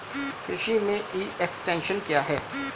कृषि में e extension क्या है?